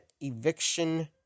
eviction